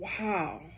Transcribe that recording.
wow